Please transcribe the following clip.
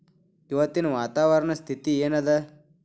ಇವತ್ತಿನ ವಾತಾವರಣ ಸ್ಥಿತಿ ಏನ್ ಅದ?